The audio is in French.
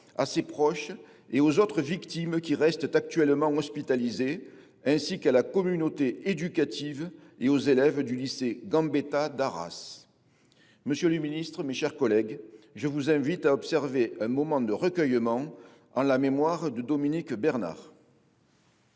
à ses proches, et aux autres victimes qui restent actuellement hospitalisées, ainsi qu’à la communauté éducative et aux élèves du lycée Gambetta d’Arras. Monsieur le ministre, mes chers collègues, je vous invite à observer un moment de recueillement en la mémoire de Dominique Bernard.